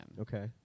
Okay